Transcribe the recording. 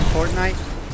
Fortnite